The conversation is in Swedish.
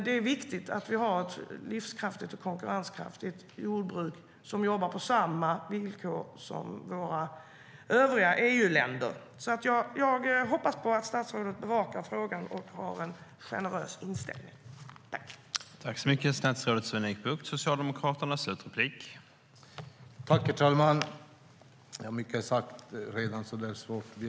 Det är viktigt att vi har ett livskraftigt och konkurrenskraftigt jordbruk som jobbar på samma villkor som i övriga EU-länder. Jag hoppas på att statsrådet bevakar frågan och har en generös inställning.